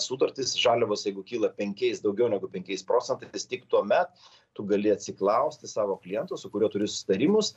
sutartys žaliavos jeigu kyla penkiais daugiau negu penkiais procentais tik tuomet tu gali atsiklausti savo kliento su kuriuo turi susitarimus